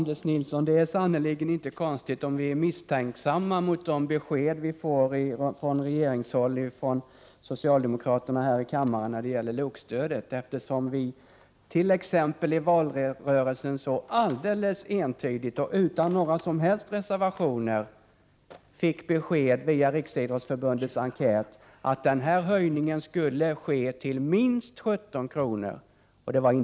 Herr talman! Det är sannerligen inte konstigt, Anders Nilsson, om vi är misstänksamma mot de besked vi får från regeringshåll och socialdemokraterna här i kammaren när det gäller LOK-stödet. I t.ex. valrörelsen fick vi alldeles entydigt och utan några som helst reservationer besked genom Riksidrottsförbundets enkät att en höjning skulle ske till minst 17 kr.